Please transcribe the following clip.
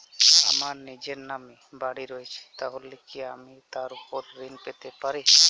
আমার নিজের নামে বাড়ী রয়েছে তাহলে কি আমি তার ওপর ঋণ পেতে পারি?